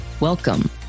Welcome